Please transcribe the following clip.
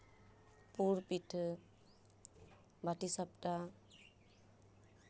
ᱯᱩᱨ ᱯᱤᱴᱷᱟᱹ ᱵᱟᱴᱤ ᱥᱟᱯᱴᱟ